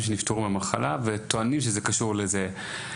שנפטרו מהמחלה וטוענים שזה קשור לזה.